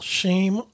shame